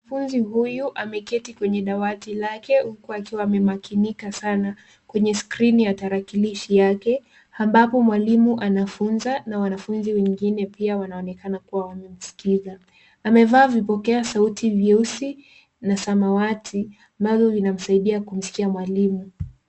Mwanafunzi huyu ameketi kwenye dawati lake huku akiwa amemakinika sana. Kwenye skrini ya tarakilishi yake ambapo mwalimu anafunza na wanafunzi wengine pia wanaonekana kuwa wanamskiza. Amevaa vipokea sauti vyeusi na samawati navyo vinamsaidia kumskia mwalimu.